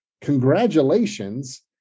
congratulations